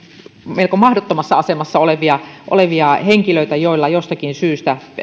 melko mahdottomassa asemassa olevia olevia henkilöitä joilla jostakin syystä